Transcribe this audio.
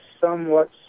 somewhat